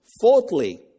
Fourthly